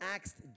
asked